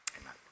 Amen